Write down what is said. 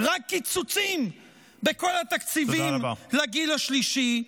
רק קיצוצים בכל התקציבים לגיל השלישי.